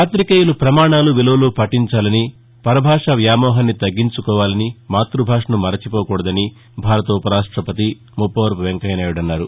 పాతికేయులు పమాణాలు విలువలు పాటించాలని పరభాష వ్యామోహాన్ని తగ్గించుకోవాలని మాత్బభాషను మర్చిపోకూడదని భారత ఉపరాష్టపతి ముప్పవరపు వెంకయ్య నాయుడు అన్నారు